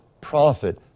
profit